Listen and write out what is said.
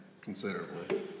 Considerably